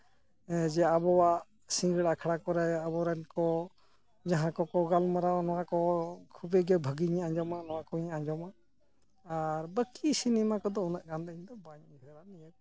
ᱡᱮ ᱟᱵᱚᱣᱟᱜ ᱥᱤᱸᱜᱟᱹᱲ ᱟᱠᱷᱲᱟ ᱠᱚᱨᱮ ᱟᱵᱚ ᱨᱮᱱ ᱠᱚ ᱡᱟᱦᱟᱸ ᱠᱚᱠᱚ ᱜᱟᱞᱢᱟᱨᱟᱣ ᱱᱚᱣᱟ ᱠᱚ ᱠᱷᱩᱵᱮ ᱜᱮ ᱵᱷᱟᱹᱜᱤᱧ ᱟᱸᱡᱚᱢᱟ ᱱᱚᱣᱟ ᱠᱩᱧ ᱟᱸᱡᱚᱢᱟ ᱟᱨ ᱵᱟᱹᱠᱤ ᱥᱤᱱᱤᱢᱟ ᱠᱚᱫᱚ ᱩᱱᱹᱟᱜ ᱜᱟᱱ ᱫᱚ ᱤᱧ ᱫᱚ ᱵᱟᱹᱧ ᱩᱭᱦᱟᱹᱨᱟ ᱱᱤᱭᱟᱹ ᱠᱚᱭᱮᱠᱴᱤ